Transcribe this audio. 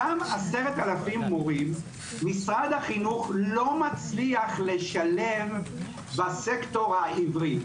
אותם 10,000 מורים משרד החינוך לא מצליח לשלב אותם בסקטור העברי,